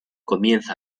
comienza